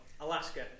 Alaska